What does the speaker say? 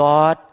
God